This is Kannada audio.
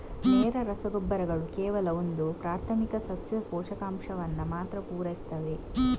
ನೇರ ರಸಗೊಬ್ಬರಗಳು ಕೇವಲ ಒಂದು ಪ್ರಾಥಮಿಕ ಸಸ್ಯ ಪೋಷಕಾಂಶವನ್ನ ಮಾತ್ರ ಪೂರೈಸ್ತವೆ